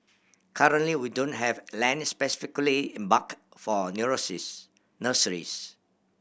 currently we don't have land specifically earmarked for nurseries